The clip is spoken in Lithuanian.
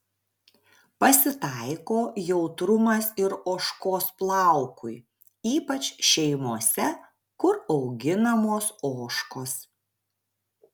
pasitaiko jautrumas ir ožkos plaukui ypač šeimose kur auginamos ožkos